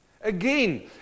Again